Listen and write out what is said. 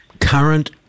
current